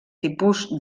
tipus